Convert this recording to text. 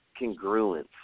congruence